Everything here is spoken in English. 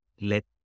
let